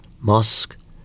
mosque